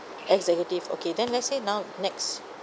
executive okay then let's say now next